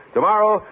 Tomorrow